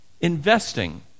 Investing